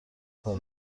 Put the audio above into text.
کار